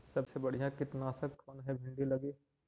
सबसे बढ़िया कित्नासक कौन है भिन्डी लगी?